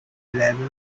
level